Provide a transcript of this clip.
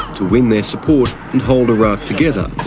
to win their support and hold iraq together.